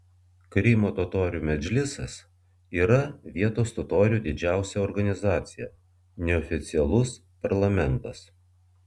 krymo totorių medžlisas yra vietos totorių didžiausia organizacija neoficialus parlamentas